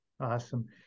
Awesome